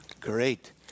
great